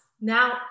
now